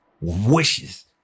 wishes